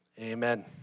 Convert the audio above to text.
Amen